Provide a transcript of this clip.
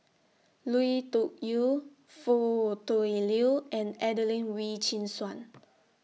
Lui Tuck Yew Foo Tui Liew and Adelene Wee Chin Suan